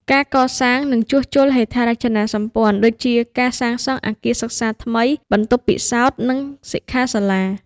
ការកសាង និងជួសជុលហេដ្ឋារចនាសម្ព័ន្ធដូចជាការសាងសង់អគារសិក្សាថ្មី បន្ទប់ពិសោធន៍ និងសិក្ខាសាលា ។